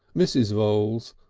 mrs. voules,